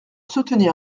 soutenir